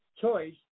choice